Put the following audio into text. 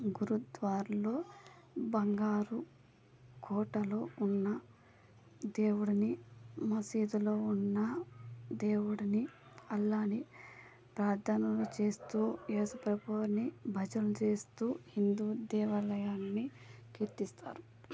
గురుద్వార్లో బంగారు కోటలో ఉన్న దేవుడిని మసీదులో ఉన్న దేవుడిని అల్లాని ప్రార్థనలు చేస్తూ ఏసుప్రభుని భజనలు చేస్తు హిందూ దేవాలయాల్ని కీర్తిస్తారు